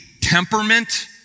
temperament